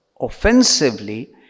offensively